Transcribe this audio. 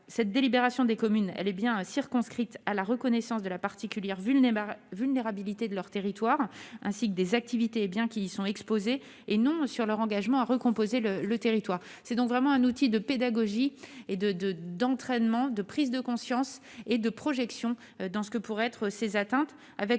cette délibération des communes, elle est bien circonscrite à la reconnaissance de la particulière Vullnet vulnérabilité de leur territoire, ainsi que des activités bien qui sont exposés et non sur leur engagement à recomposer le le territoire c'est donc vraiment un outil de pédagogie et de de d'entraînement de prise de conscience et de projection dans ce que pourraient être ces atteintes avec